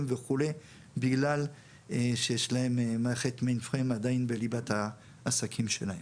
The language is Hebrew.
וכו' בגלל שיש להם מערכת מיינפריים עדיין בליבת העסקים שלהם.